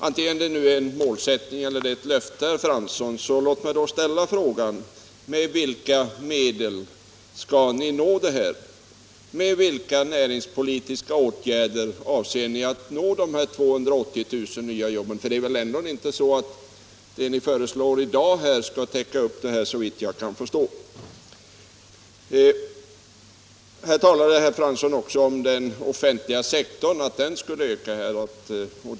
Antingen det nu är en målsättning eller ett löfte, så låt mig, herr Fransson, ställa frågan: Med vilka medel skall ni uppnå det här? Vilka näringspolitiska åtgärder avser niatt vidta för att uppnå de 280 000 nya jobben inom industrin? För det är väl ändå inte så att det ni föreslår här i dag skall täcka upp det? Sedan sade herr Fransson också att den offentliga sektorn skulle komma att öka.